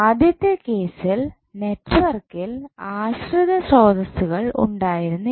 ആദ്യത്തെ കേസിൽ നെറ്റ്വർക്കിൽ ആശ്രിത സ്രോതസ്സുകൾ ഉണ്ടായിരുന്നില്ല